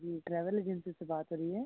जी travel agency से बात हो रही है